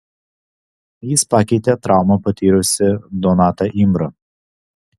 jis pakeitė traumą patyrusį donatą imbrą